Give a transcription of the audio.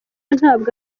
ntabwo